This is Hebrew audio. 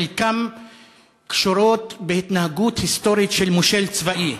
חלקן קשורות בהתנהגות היסטורית של מושל צבאי.